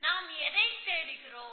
நாம் எதைத் தேடுகிறோம்